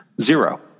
Zero